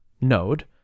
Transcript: Node